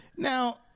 Now